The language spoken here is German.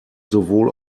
sowohl